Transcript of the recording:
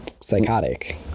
psychotic